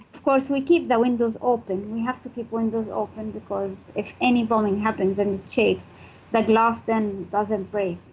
of course, we keep the windows open, we have to keep windows open because if any bombing happens and it shakes the glass then doesn't break